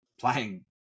playing